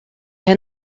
hand